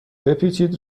بپیچید